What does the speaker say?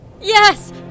Yes